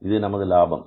இது நமது லாபம்